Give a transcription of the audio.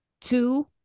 two